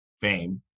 fame